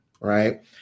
Right